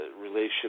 relationship